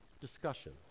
discussion